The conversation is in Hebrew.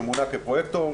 שמוּנה כפרויקטור.